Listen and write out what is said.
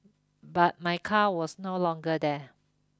but my car was no longer there